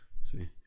see